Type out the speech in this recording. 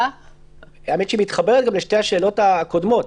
האמת היא שהיא מתחברת גם לשתי השאלות הקודמות: